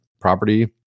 property